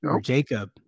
jacob